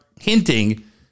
hinting